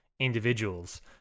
individuals